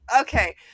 Okay